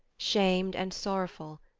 shamed and sorrowful,